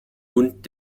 und